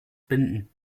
binden